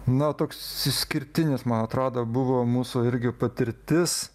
na toks išskirtinis man atrodo buvo mūsų irgi patirtis